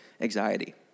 anxiety